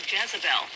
Jezebel